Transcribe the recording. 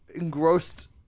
engrossed